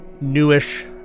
Newish